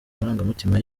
amarangamutima